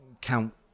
count